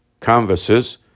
canvases